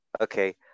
Okay